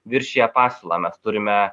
viršija pasiūlą mes turime